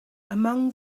among